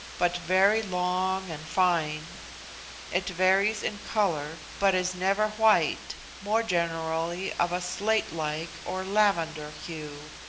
but very long and fine it varies in colour, but is never white, more generally of a slate-like or lavender hue.